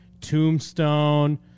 Tombstone